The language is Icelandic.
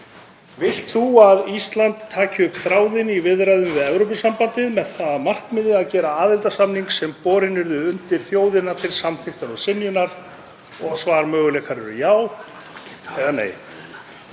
„Vilt þú að Ísland taki upp þráðinn í viðræðum við Evrópusambandið með það að markmiði að gera aðildarsamning sem borinn yrði undir þjóðina til samþykktar eða synjunar?““ — Svarmöguleikarnir eru já eða nei.